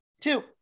Two